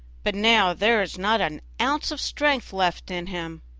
but now there is not an ounce of strength left in him.